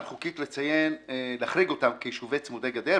חוקית להחריג אותם כיישובים צמודי גדר,